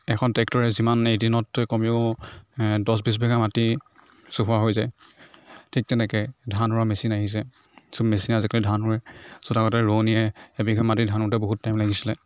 এখন ট্ৰেক্টৰে যিমান এদিনত কমেও দহ বিছবিঘা মাটি চহোৱা হৈ যায় ঠিক তেনেকে ধান ৰোৱা মেচিন আহিছে চ' মেচিনে আজিকালি ধান ৰোৱে তাৰ পাছত আগতে ৰোৱনীয়ে এবিঘা মাটিৰ ধান ৰুওতে বহুত টাইম লাগিছিলে